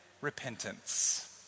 repentance